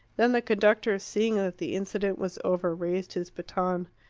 then the conductor, seeing that the incident was over, raised his baton.